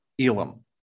Elam